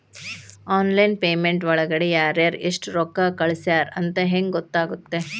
Online payment ಒಳಗಡೆ ಯಾರ್ಯಾರು ಎಷ್ಟು ರೊಕ್ಕ ಕಳಿಸ್ಯಾರ ಅಂತ ಹೆಂಗ್ ಗೊತ್ತಾಗುತ್ತೆ?